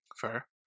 Fair